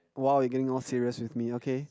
!wow! you getting all serious with me okay